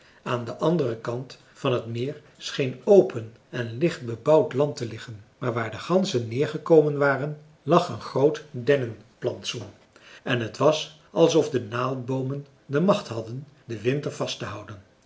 aan den anderen kant van het meer scheen open en licht bebouwd land te liggen maar waar de ganzen neergekomen waren lag een groot dennenplantsoen en t was alsof de naaldboomen de macht hadden den winter vast te houden